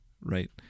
right